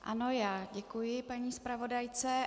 Ano, děkuji paní zpravodajce.